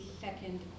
second